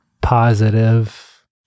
positive